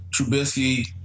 Trubisky